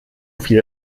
viel